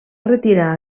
retirar